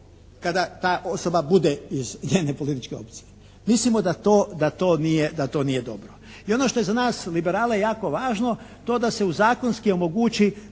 kada ta osoba bude iz njene političke opcije. Mislimo da to nije dobro. I ono što je za nas liberale jako važno to da se u zakonski omogući